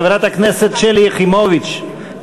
חברת הכנסת שלי יחימוביץ,